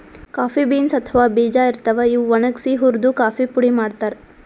coffee beans ಅಥವಾ ಬೀಜಾ ಇರ್ತಾವ್, ಇವ್ ಒಣಗ್ಸಿ ಹುರ್ದು ಕಾಫಿ ಪುಡಿ ಮಾಡ್ತಾರ್